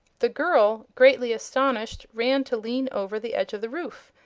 the girl, greatly astonished, ran to lean over the edge of the roof,